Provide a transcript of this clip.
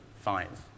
fines